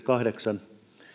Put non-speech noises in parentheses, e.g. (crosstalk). (unintelligible) kahdeksan